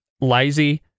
lazy